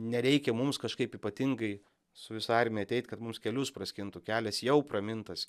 nereikia mums kažkaip ypatingai su visa armija ateit kad mums kelius praskintų kelias jau pramintas